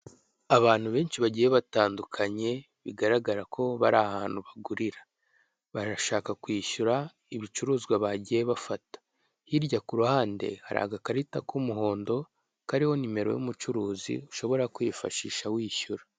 Abantu benshi bagiye batadukanye bigaragara ko bari ahantu bakorera, barashaka kwishyura ibicuruzwa bagiye bafata, hirya ku ruhande hari agakarita k'umuhondo kariho nimero y'umucuruzi ushobora kwifashisha wishyura.